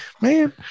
Man